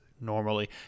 normally